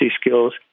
skills